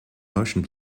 motion